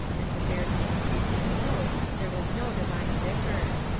and to bear the increasing load there was no divine vicar.